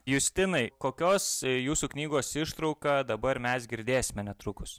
justinai kokios jūsų knygos ištrauką dabar mes girdėsime netrukus